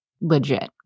legit